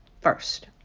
first